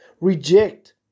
Reject